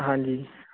ਹਾਂਜੀ